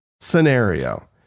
scenario